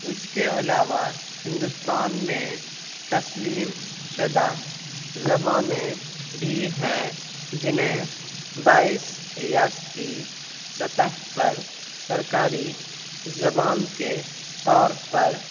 اس کے علاوہ ہندوستان میں تسلیم شدہ زبانیں بھی ہیں جنہیں بائیس ریاستی سطح پر سرکاری زبان کے طور پر